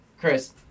chris